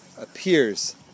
appears